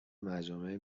مجامع